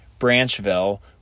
branchville